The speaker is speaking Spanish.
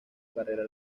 carrera